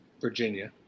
Virginia